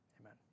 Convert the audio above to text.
Amen